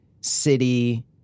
City